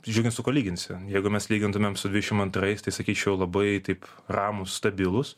žiūrint su kuo lyginsi jeigu mes lygintumėm su dvidešimt antrais tai sakyčiau labai taip ramūs stabilūs